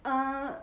uh